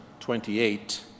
28